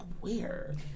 weird